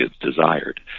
desired